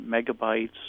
megabytes